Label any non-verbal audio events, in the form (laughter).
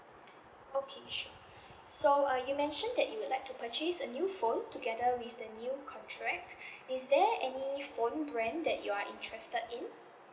okay sure (breath) so uh you mentioned that you would like to purchase a new phone together with the new contract (breath) is there any phone brand that you are interested in